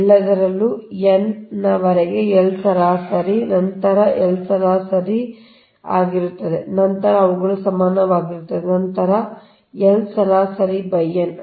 ಎಲ್ಲದರಲ್ಲೂ n n n ವರೆಗೆ L ಸರಾಸರಿ L ಸರಾಸರಿ ನಂತರ L ಸರಾಸರಿ L ಸರಾಸರಿ ಎಲ್ಲವೂ L ಸರಾಸರಿ ಆಗಿರುತ್ತದೆ ನಂತರ ಅವುಗಳು ಸಮಾನವಾಗಿರುತ್ತದೆ ನಂತರ L ಸರಾಸರಿ n